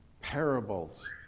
parables